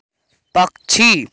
पक्षी